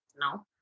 No